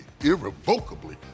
irrevocably